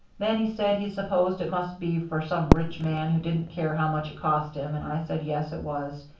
then he said he supposed it must be for some rich man who didn't care how much it cost him and i said yes, it was.